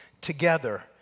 together